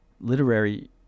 Literary